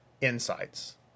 insights